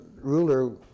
ruler